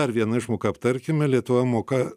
dar vieną išmoką aptarkime lietuvoje moka